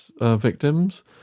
victims